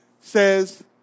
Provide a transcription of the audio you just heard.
says